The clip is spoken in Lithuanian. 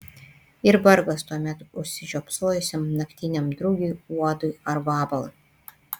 ir vargas tuomet užsižiopsojusiam naktiniam drugiui uodui ar vabalui